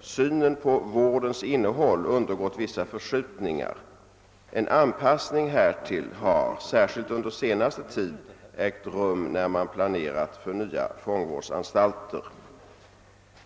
synen på vårdens innehåll undergått vissa förskjutningar. En anpassning härtill har, särskilt under senaste tid, ägt rum när man planerat för nya fångvårdsanstalter.